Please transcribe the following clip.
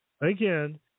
Again